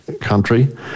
country